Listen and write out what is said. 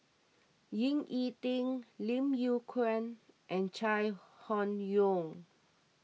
Ying E Ding Lim Yew Kuan and Chai Hon Yoong